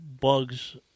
Bugs